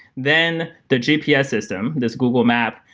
then the gps system, this google map,